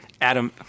Adam